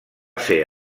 ser